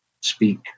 speak